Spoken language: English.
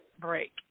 break